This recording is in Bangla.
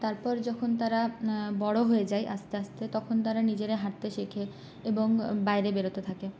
তারপর যখন তারা বড়ো হয়ে যায় আস্তে আস্তে তখন তারা নিজেরা হাঁটতে শেখে এবং বাইরে বেরোতে থাকে